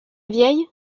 vieille